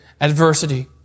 adversity